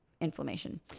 inflammation